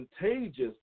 contagious